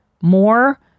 more